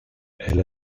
elle